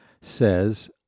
says